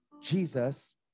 Jesus